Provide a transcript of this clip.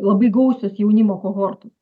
labai gausios jaunimo kohorto